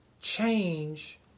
change